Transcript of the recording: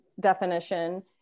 definition